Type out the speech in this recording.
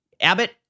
Abbott